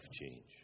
change